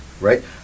right